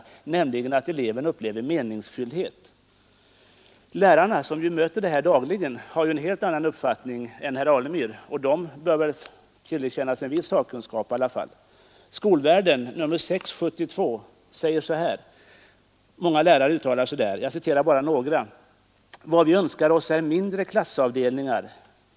Bland annat det att eleven upplever undervisningen som meningsfylld. Lärarna, som , möter detta problem dagligen, har en helt annan uppfattning än herr Alemyr, och de bör väl i alla fall tillerkännas en viss sakkunskap. I Skolvärlden, nr 6 år 1972, uttalar sig många lärare. Jag skall bara citera några: ”Vad vi önskar oss är mindre klassavdelningar.